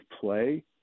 play